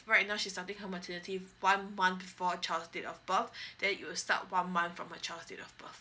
right now she's starting her maternity one month before her child date of birth then it'll start one month from her child date of birth